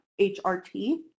HRT